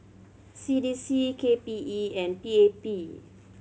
C D C K P E and P A P